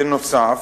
בנוסף,